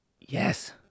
Yes